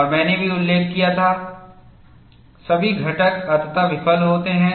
और मैंने भी उल्लेख किया था सभी घटक अंततः विफल होते हैं